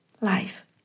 life